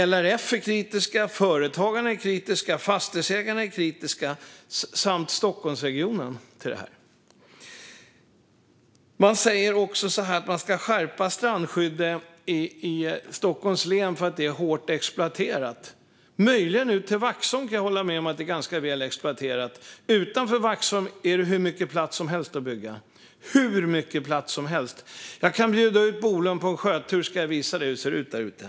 LRF, Företagarna, Fastighetsägarna och Stockholmsregionen är kritiska till detta. Det sägs också att strandskyddet ska skärpas i Stockholms län för att det är hårt exploaterat. Jag kan möjligen hålla med om att det är ganska väl exploaterat ut till Vaxholm. Utanför Vaxholm finns det hur mycket plats som helst att bygga på. Jag kan bjuda ut Bolund på en sjötur för att visa hur det ser ut där ute.